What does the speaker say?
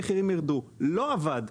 המחירים ירדו זה לא עבד.